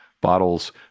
bottles